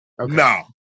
No